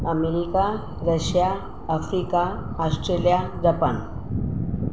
America Russia Africa Australia Japan